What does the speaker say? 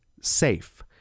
SAFE